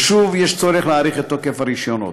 ושוב יש צורך להאריך את תוקף הרישיונות.